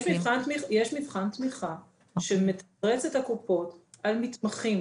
יש מבחן תמיכה שמתמרץ את קופות החולים על מתמחים